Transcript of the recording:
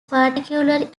particularly